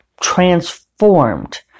transformed